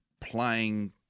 Playing